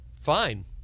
fine